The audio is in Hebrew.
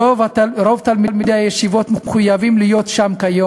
רוב תלמידי הישיבות מחויבים להיות שם כיום